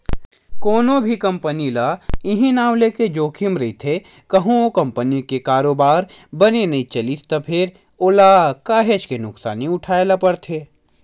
कोनो भी कंपनी ल इहीं नांव लेके जोखिम रहिथे कहूँ ओ कंपनी के कारोबार बने नइ चलिस त फेर ओला काहेच के नुकसानी उठाय ल परथे